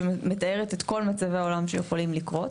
שמתארת את כל המצבים שיכולים לקרות,